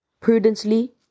prudently